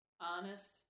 honest